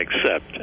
accept